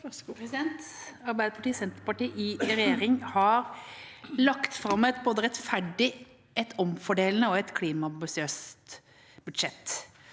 Senterpartiet i regjering har lagt fram et både rettferdig, omfordelende og klimaambisiøst budsjett.